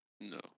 no